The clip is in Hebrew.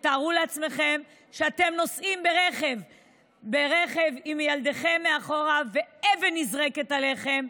תארו לעצמכם שאתם נוסעים ברכב עם ילדיכם מאחור ואבן נזרקת עליכם,